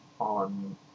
On